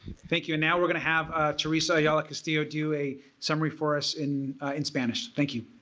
thank you and now we're going to have teresa ayala castillo do a summary for us in in spanish. thank you.